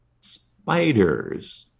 Spiders